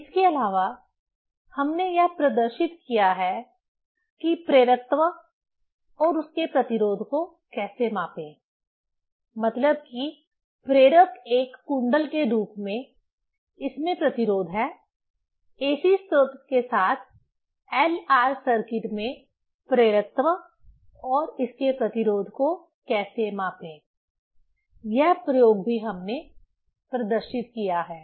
इसके अलावा हमने यह प्रदर्शित किया है कि प्रेरकत्व और उसके प्रतिरोध को कैसे मापें मतलब की प्रेरक एक कुंडल रूप में इसमें प्रतिरोध है AC स्रोत के साथ LR सर्किट में प्रेरकत्व और इसके प्रतिरोध को कैसे मापें यह प्रयोग भी हमने प्रदर्शित किया है